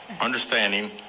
understanding